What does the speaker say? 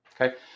Okay